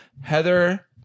Heather